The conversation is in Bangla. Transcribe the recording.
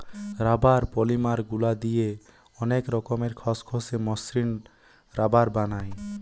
রাবার পলিমার গুলা দিয়ে অনেক রকমের খসখসে, মসৃণ রাবার বানায়